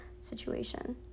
situation